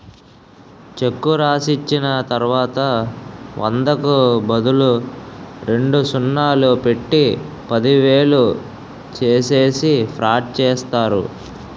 చెక్కు రాసిచ్చిన తర్వాత వందకు బదులు రెండు సున్నాలు పెట్టి పదివేలు చేసేసి ఫ్రాడ్ చేస్తారు